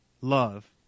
love